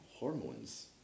Hormones